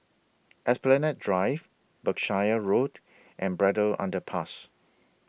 Esplanade Drive Berkshire Road and Braddell Underpass